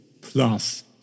plus